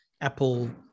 Apple